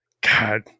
God